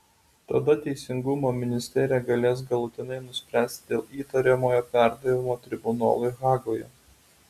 tada teisingumo ministerija galės galutinai nuspręsti dėl įtariamojo perdavimo tribunolui hagoje